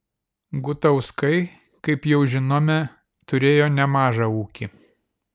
gutauskai kaip jau žinome turėjo nemažą ūkį